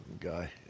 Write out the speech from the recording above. Guy